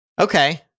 okay